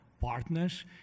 partners